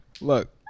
Look